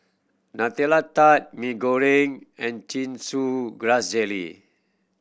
Nutella Tart Mee Goreng and Chin Chow Grass Jelly